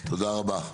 תודה רבה.